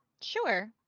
sure